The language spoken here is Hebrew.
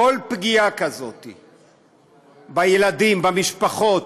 פגיעה כזאת בילדים, במשפחות,